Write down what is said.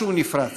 משהו נפרץ.